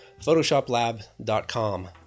photoshoplab.com